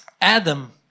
Adam